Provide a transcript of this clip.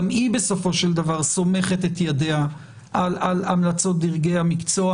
גם היא בסופו של דבר סומכת את ידיה על המלצות דרגי המקצוע.